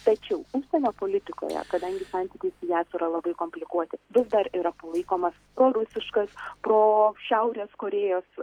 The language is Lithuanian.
tačiau užsienio politikoje kadangi santykiai su jav yra labai komplikuoti vis dar yra palaikomas prorusiškas pro šiaurės korėjos